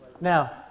Now